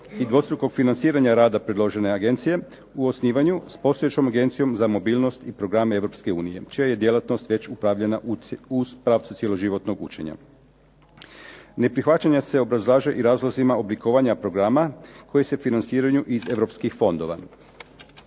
i dvostrukog financiranja rada predložene agencije u osnivanju s postojećom agencijom za mobilnost i program EU čija je djelatnost već upravljena u pravcu cjeloživotnog učenja. Neprihvaćanja se obrazlažu i razlozima oblikovanja programa koji se financiraju iz europskih fondova.